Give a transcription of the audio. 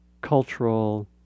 cultural